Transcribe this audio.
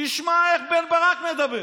תשמע איך בן ברק מדבר.